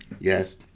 Yes